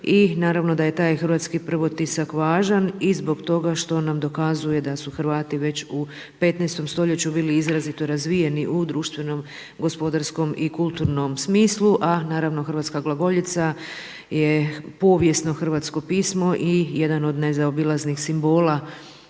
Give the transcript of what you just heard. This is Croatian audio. naravno da je taj hrvatski prvotisak važan i zbog toga što nam dokazuje da su Hrvati već u 15. stoljeću bili izrazito razvijeni u društvenom, gospodarskom i kulturnom smislu, a naravno hrvatska glagoljica je povijesno hrvatsko pismo i jedan od nezaobilaznih simbola